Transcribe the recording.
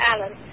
Alan